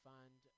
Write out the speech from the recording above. Fund